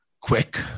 Quick